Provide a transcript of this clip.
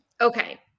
Okay